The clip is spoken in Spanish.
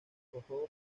jojo